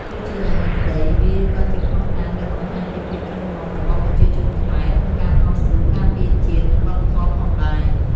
ទោះជាយ៉ាងនេះក្ដី វាក៏ជាភស្តុតាងដែលបង្ហាញពីភាពរឹងមាំរបស់ប្រជាជនខ្មែរក្នុងការតស៊ូការពារជាតិ និងវប្បធម៌ផងដែរ។